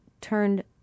turned